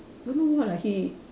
don't know what ah he